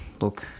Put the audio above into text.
look